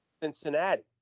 Cincinnati